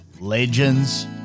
Legends